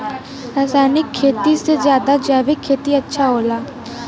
रासायनिक खेती से ज्यादा जैविक खेती अच्छा होला